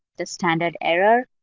the standard error